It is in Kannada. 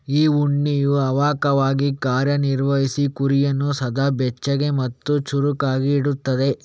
ಈ ಉಣ್ಣೆಯು ಅವಾಹಕವಾಗಿ ಕಾರ್ಯ ನಿರ್ವಹಿಸಿ ಕುರಿಯನ್ನ ಸದಾ ಬೆಚ್ಚಗೆ ಮತ್ತೆ ಚುರುಕಾಗಿ ಇಡ್ತದೆ